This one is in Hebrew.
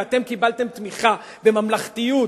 ואתם קיבלתם תמיכה בממלכתיות,